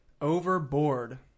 Overboard